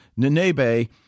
Nenebe